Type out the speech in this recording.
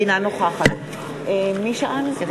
אינה נוכחת רבותי,